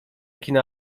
kina